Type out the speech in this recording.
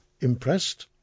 Impressed